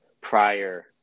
prior